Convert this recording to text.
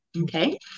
Okay